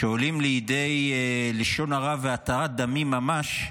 שעולים לידי לשון הרע והתרת דמים ממש,